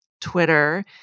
Twitter